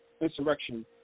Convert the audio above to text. insurrection